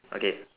okay